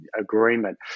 agreement